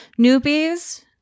newbies